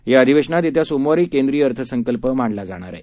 या अधिवेशनात येत्या सोमवारी केंद्रीय अर्थसंकल्प मांडला जाणार आहे